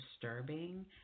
disturbing